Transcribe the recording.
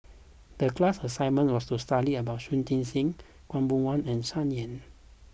the class assignment was to study about Shui Tit Sing Khaw Boon Wan and Sun Yee